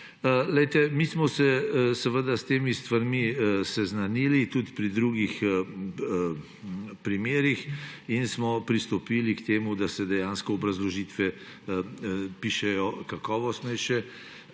Mi smo se s temi stvarmi seznanili tudi pri drugih primerih in smo pristopili k temu, da se dejansko obrazložitve pišejo kakovostnejše.